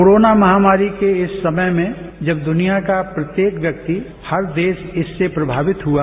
corona महामारी के इस समय में जब दुनिया का प्रत्येक व्यक्ति हर देश इससे प्रभावित हुआ